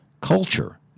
culture